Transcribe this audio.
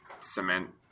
cement